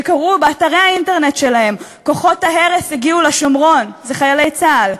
שקראו באתרי האינטרנט שלהם: "כוחות ההרס הגיעו לשומרון" זה חיילי צה"ל,